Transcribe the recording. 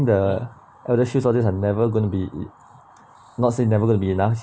the eldershields all this are never gonna be not say never gonna be enough